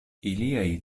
iliaj